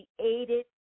created